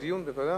דיון בוועדה?